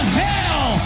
hell